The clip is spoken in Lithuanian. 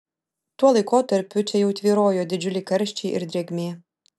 tuo laikotarpiu čia jau tvyrojo didžiuliai karščiai ir drėgmė